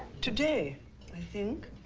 today i think.